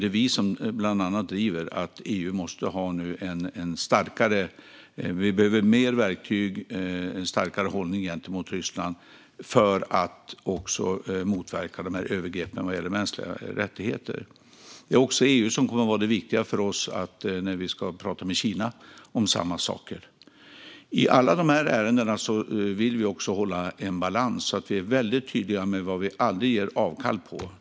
Det är bland annat vi som driver att EU behöver mer verktyg och en starkare hållning gentemot Ryssland för att motverka övergrepp mot mänskliga rättigheter. Det är också EU som kommer att vara det viktiga för oss när vi ska tala med Kina om samma saker. I alla dessa ärenden vill vi också hålla en balans, så att vi är väldigt tydliga med vad vi aldrig ger avkall på.